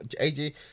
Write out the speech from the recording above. AJ